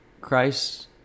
Christ